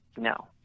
no